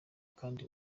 kandi